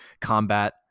Combat